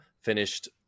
finished